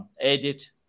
edit